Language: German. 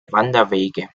wanderwege